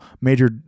Major